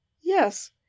yes